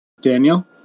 Daniel